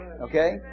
Okay